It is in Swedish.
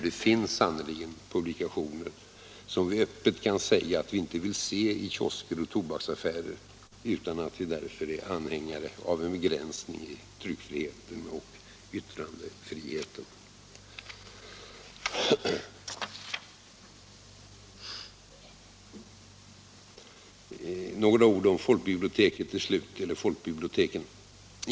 Det finns sannerligen publikationer som vi öppet kan säga att vi inte vill se i kiosker och tobaksaffärer, utan att vi därför är anhängare av en begränsning i tryckfriheten och yttrandefriheten. Till slut några ord om folkbiblioteken.